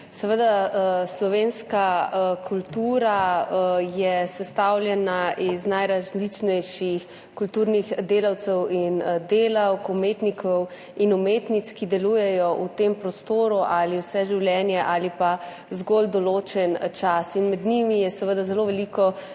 Seveda, slovenska kultura je sestavljena iz najrazličnejših kulturnih delavcev in delavk, umetnikov in umetnic, ki delujejo v tem prostoru ali vse življenje ali zgolj določen čas. Med njimi je seveda tudi zelo veliko